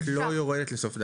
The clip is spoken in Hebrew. את לא יורדת לסוף דעתי.